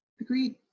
agreed